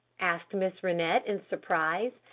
asked mrs. rennett in surprise,